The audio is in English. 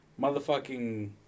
Motherfucking